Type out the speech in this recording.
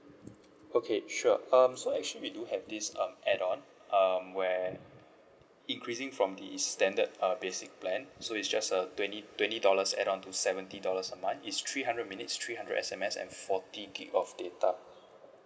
okay sure um so actually we do have this um add on um where increasing from the standard uh basic plan so it's just a twenty twenty dollars add on to seventy dollars a month is three hundred minutes three hundred S_M_S and forty gig of data